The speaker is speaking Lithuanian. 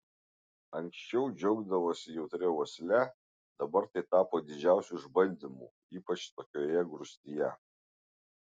anksčiau džiaugdavosi jautria uosle dabar tai tapo didžiausiu išbandymu ypač tokioje grūstyje